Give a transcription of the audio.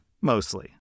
mostly